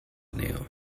nail